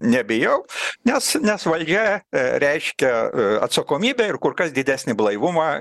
nebijau nes nes valdžia reiškia atsakomybę ir kur kas didesnį blaivumą